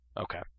Okay